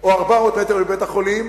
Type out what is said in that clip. או 400 מטר מבית-החולים,